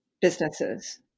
businesses